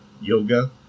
yoga